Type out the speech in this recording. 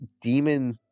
Demon